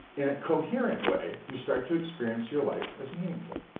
in a coherent way, you start to experience your life as meaningful.